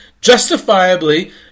justifiably